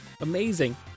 amazing